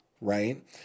Right